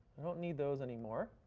i don't need those anymore.